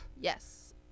Yes